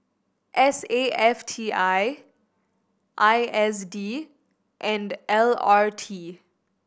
S A F T I I S D and L R T